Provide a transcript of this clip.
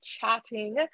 chatting